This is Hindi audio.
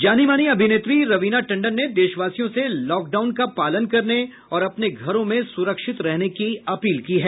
जानी मानी अभिनेत्री रवीना टंडन ने देशवासियों से लॉकडाउन का पालन करने और अपने घरों में सुरक्षित रहने की अपील की है